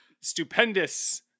stupendous